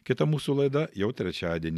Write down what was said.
kita mūsų laida jau trečiadienį